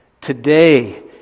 Today